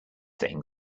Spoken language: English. thing